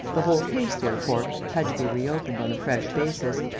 the whole case, therefore, had to be reopened on a fresh basis.